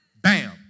Bam